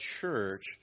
church